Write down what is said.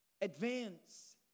advance